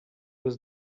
was